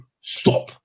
stop